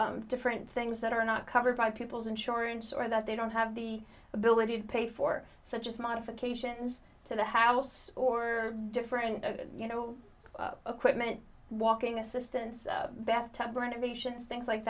different things that are not covered by people's insurance or that they don't have the ability to pay for such as modifications to the house or different you know a quick minute walking assistance beth tub renovations things like